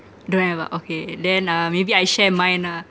don't have ah okay then uh maybe I share mine ah